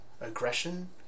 aggression